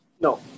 No